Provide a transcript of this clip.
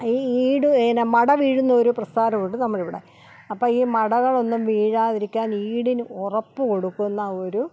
ഈ ഈട് എന്നാ മട വീഴുന്നൊരു പ്രസ്ഥാനം ഉണ്ട് നമ്മുടെ ഇവിടെ അപ്പം ഈ മടകളൊന്നും വീഴാതിരിക്കാൻ ഈടിന് ഉറപ്പ് കൊടുക്കുന്ന ഒരു